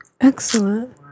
Excellent